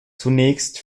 zunächst